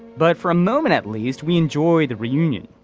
but for a moment at least we enjoy the reunion.